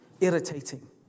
irritating